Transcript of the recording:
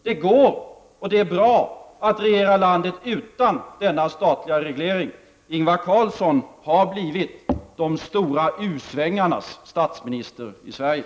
Det går och det är bra att regera landet utan denna statliga reglering. Ingvar Carlsson har blivit de stora U-svängarnas statsminister i Sverige.